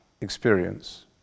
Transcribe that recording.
experience